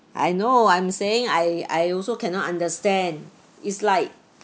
I know I'm saying I I also cannot understand it's like